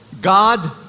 God